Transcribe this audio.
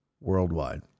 worldwide